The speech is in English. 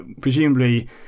presumably